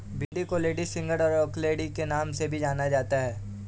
भिन्डी को लेडीफिंगर और ओकरालेडी के नाम से भी जाना जाता है